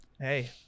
Hey